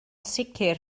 sicr